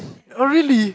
oh really